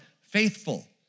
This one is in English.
faithful